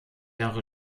jahre